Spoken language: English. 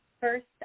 First